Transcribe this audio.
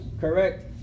correct